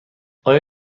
آیا